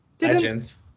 Legends